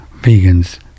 vegans